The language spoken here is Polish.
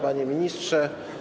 Panie Ministrze!